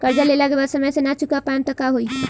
कर्जा लेला के बाद समय से ना चुका पाएम त का होई?